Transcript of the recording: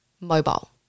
mobile